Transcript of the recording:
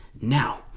now